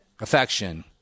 affection